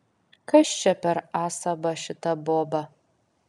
kas čia per asaba šita boba